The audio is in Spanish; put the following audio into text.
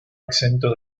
exento